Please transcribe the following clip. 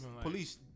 police